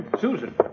Susan